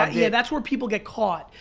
um yeah that's where people get caught.